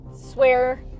swear